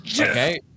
Okay